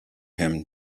him